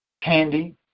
candy